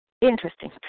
interesting